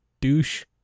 douche